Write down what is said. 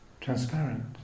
transparent